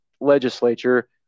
legislature